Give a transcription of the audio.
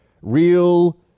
Real